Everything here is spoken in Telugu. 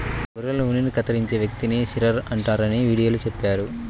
గొర్రెల ఉన్నిని కత్తిరించే వ్యక్తిని షీరర్ అంటారని వీడియోలో చెప్పారు